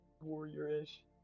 warrior-ish